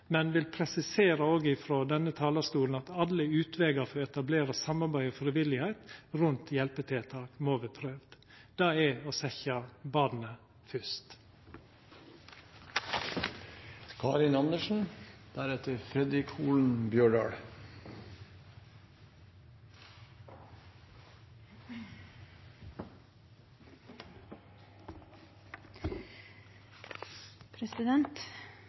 men vil presisera òg frå denne talarstolen at alle utvegar for å etablera samarbeid og frivilligheit rundt hjelpetiltak må vera prøvde. Det er å setja barnet